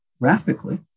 graphically